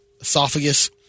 esophagus